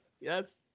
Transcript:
Yes